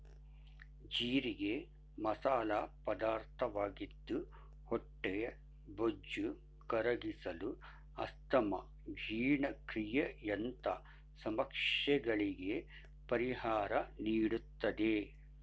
ಜೀರಿಗೆ ಮಸಾಲ ಪದಾರ್ಥವಾಗಿದ್ದು ಹೊಟ್ಟೆಬೊಜ್ಜು ಕರಗಿಸಲು, ಅಸ್ತಮಾ, ಜೀರ್ಣಕ್ರಿಯೆಯಂತ ಸಮಸ್ಯೆಗಳಿಗೆ ಪರಿಹಾರ ನೀಡುತ್ತದೆ